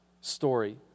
story